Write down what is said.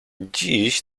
dziś